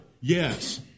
Yes